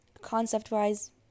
concept-wise